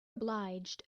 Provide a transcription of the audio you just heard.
obliged